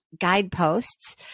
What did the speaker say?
guideposts